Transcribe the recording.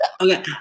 Okay